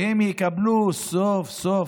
שהן יקבלו סוף-סוף